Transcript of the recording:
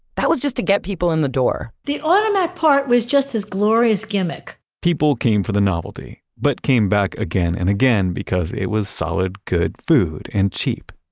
that was just to get people in the door the automat part was just this glorious gimmick people came for the novelty, but came back again and again because it was solid, good food, and cheap.